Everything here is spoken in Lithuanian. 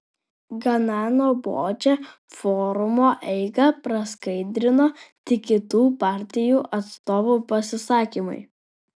gana nuobodžią forumo eigą praskaidrino tik kitų partijų atstovų pasisakymai